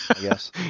Yes